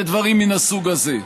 ודברים מן הסוג הזה.